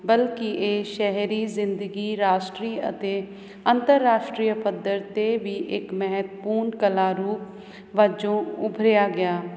ਬਲਕਿ ਇਹ ਸ਼ਹਿਰੀ ਜ਼ਿੰਦਗੀ ਰਾਸ਼ਟਰੀ ਅਤੇ ਅੰਤਰਰਾਸ਼ਟਰੀ ਪੱਧਰ 'ਤੇ ਵੀ ਇੱਕ ਮਹੱਤਵਪੂਰਨ ਕਲਾ ਰੂਪ ਵਜੋਂ ਉਭਰਿਆ ਗਿਆ